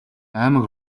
аймаг